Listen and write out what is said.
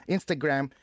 Instagram